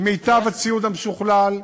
עם מיטב הציוד המשוכלל,